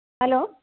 hello